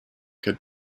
could